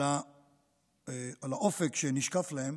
על האופק שנשקף להם